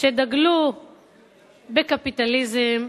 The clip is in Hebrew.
שדגלו בקפיטליזם,